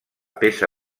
peça